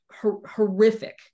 horrific